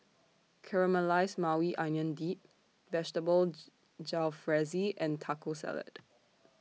Caramelized Maui Onion Dip Vegetable Jalfrezi and Taco Salad